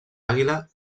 àguila